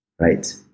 right